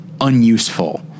unuseful